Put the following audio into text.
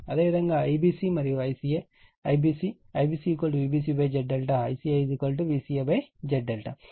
అదేవిధంగా IBC మరియు ICA ఇది IBC IBC Vbc Z∆ ICA Vca Z∆